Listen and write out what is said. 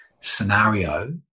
scenario